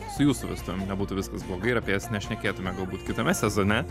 su jūsų vestuvėm nebūtų viskas blogai ir apie jas nešnekėtume galbūt kitame sezone